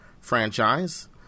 franchise